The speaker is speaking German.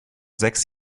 sechs